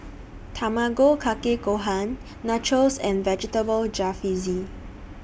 Tamago Kake Gohan Nachos and Vegetable Jalfrezi